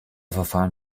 verfahren